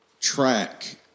track